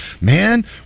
man